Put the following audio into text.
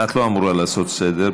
את לא אמורה לעשות סדר.